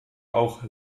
auch